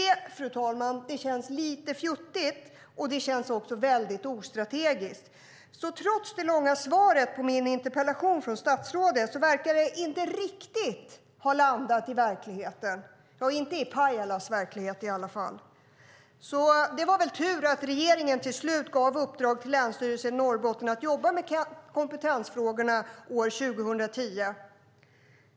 Det känns lite fjuttigt, fru talman, och det känns också väldigt ostrategiskt. Trots att statsrådets svar på min interpellation var långt verkar det inte riktigt ha landat i verkligheten, inte i Pajalas verklighet i alla fall. Det var väl tur att regeringen till slut gav i uppdrag till Länsstyrelsen i Norrbottens län att jobba med kompetensfrågorna år 2010.